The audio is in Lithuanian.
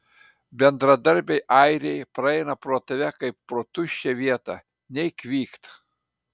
bendradarbiai airiai praeina pro tave kaip pro tuščią vietą nei kvykt